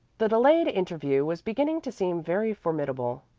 the delayed interview was beginning to seem very formidable.